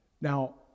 Now